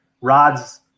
rods